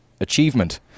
achievement